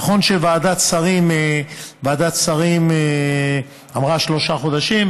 נכון שוועדת השרים אמרה שלושה חודשים,